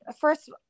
first